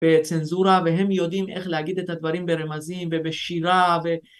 בצנזורה והם יודעים איך להגיד את הדברים ברמזים ובשירה